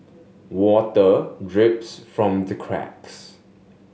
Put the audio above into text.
water drips from the cracks